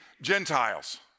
Gentiles